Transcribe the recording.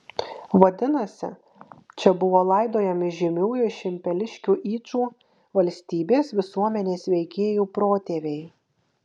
vadinasi čia buvo laidojami žymiųjų šimpeliškių yčų valstybės visuomenės veikėjų protėviai